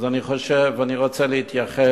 אז אני רוצה להתייחס